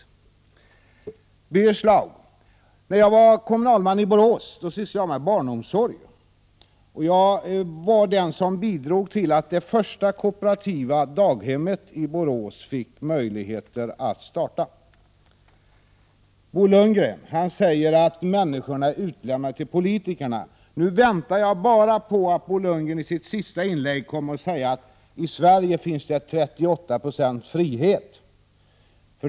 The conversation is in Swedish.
Till Birger Schlaug: När jag var kommunalman i Borås sysslade jag med barnomsorg. Jag bidrog till att det första kooperativa daghemmet i Borås fick möjligheter att starta. Bo Lundgren säger att människorna är utlämnade åt politikerna. Nu väntar jag bara på att Bo Lundgren i sitt sista inlägg kommer att säga: I Sverige finns 38 90 frihet.